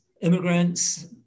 immigrants